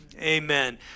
Amen